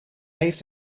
heeft